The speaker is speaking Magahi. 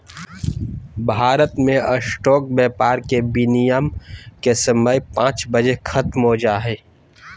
भारत मे स्टॉक व्यापार के विनियम के समय पांच बजे ख़त्म हो जा हय